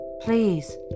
Please